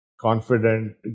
confident